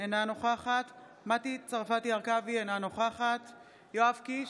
אינה נוכחת מטי צרפתי הרכבי, אינה נוכחת יואב קיש,